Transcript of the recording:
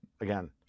again